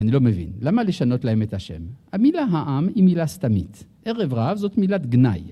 אני לא מבין. למה לשנות להם את השם? המילה העם היא מילה סתמית. ערב רב זאת מילת גנאי.